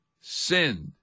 sinned